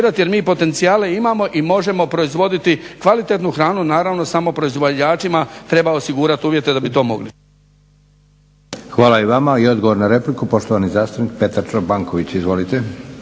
jer mi potencijale imamo i možemo proizvoditi kvalitetnu hranu. Naravno, samo proizvođačima treba osigurati uvjete da bi to mogli.